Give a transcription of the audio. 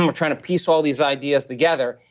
and trying to piece all these ideas together.